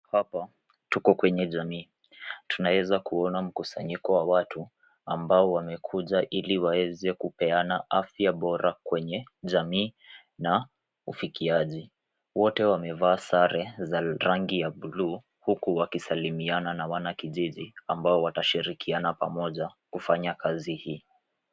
Hapa tuko kwenye jamii. Tunaweza kuona mkusanyiko wa watu ambao wamekuja ili waweze kupeana afya bora kwenye jamii na ufikiaji. Wote wamevaa sare zenye rangi ya bluu huku wakisalimiana na wankijiji ambao wanashirikiana pamoja kufanya kazi hii.